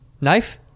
Knife